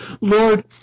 Lord